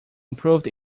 improved